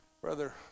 Brother